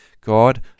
God